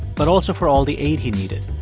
but also for all the aid he needed.